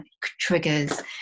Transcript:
triggers